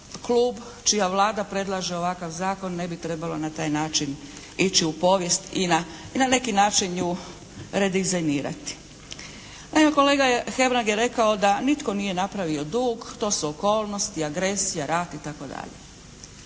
klub čija Vlada predlaže ovakav zakon ne bi trebalo na taj način ići u povijest i na, i na neki način ju redizajnirati. Naime kolega Hebrang je rekao da nitko nije napravio dug. To su okolnosti, agresija, rat i tako dalje.